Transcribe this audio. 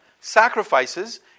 sacrifices